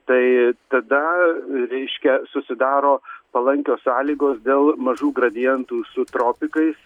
tai tada reiškia susidaro palankios sąlygos dėl mažų gradientų su tropikais